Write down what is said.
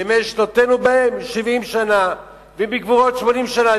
ימי שנותינו בהם שבעים שנה ובגבורות שמונים שנה.